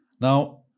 now